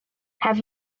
have